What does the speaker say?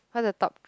cause the top